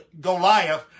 Goliath